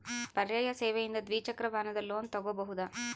ಪರ್ಯಾಯ ಸೇವೆಯಿಂದ ದ್ವಿಚಕ್ರ ವಾಹನದ ಲೋನ್ ತಗೋಬಹುದಾ?